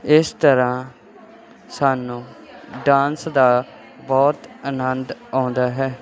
ਇਸ ਤਰ੍ਹਾਂ ਸਾਨੂੰ ਡਾਂਸ ਦਾ ਬਹੁਤ ਆਨੰਦ ਆਉਂਦਾ ਹੈ